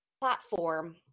platform